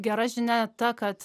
gera žinia ta kad